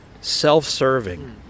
self-serving